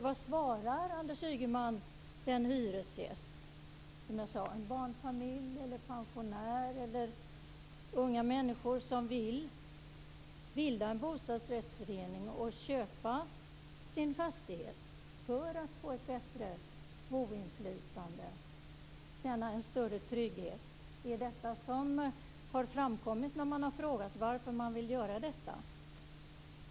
Vad svarar Anders Ygeman den hyresgäst - en barnfamilj, en pensionär eller en ung människa - som vill bilda en bostadsrättsförening och köpa sin fastighet för att få ett bättre boinflytande och känna en större trygghet? Det är dessa skäl som har framkommit när man har frågat varför hyresgästerna vill göra detta.